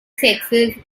sexes